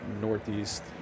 Northeast